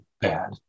bad